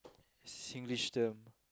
Singlish term